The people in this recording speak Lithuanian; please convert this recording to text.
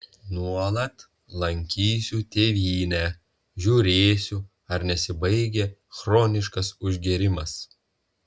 nuolat lankysiu tėvynę žiūrėsiu ar nesibaigia chroniškas užgėrimas